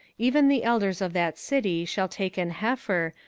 even the elders of that city shall take an heifer,